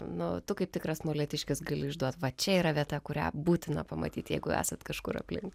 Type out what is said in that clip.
nu tu kaip tikras molėtiškis gali išduot va čia yra vieta kurią būtina pamatyt jeigu esat kažkur aplink